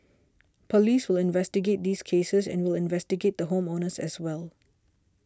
police will investigate these cases and we'll investigate the home owners as well